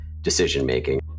decision-making